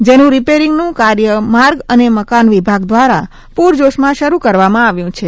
જેનું રીપેરીગનું કાર્ય માર્ગ અને મકાન વિભાગ દ્રારા પૂરજોશમાં શરૂ કરવામાં આવ્યું છે